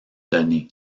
donnée